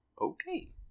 Okay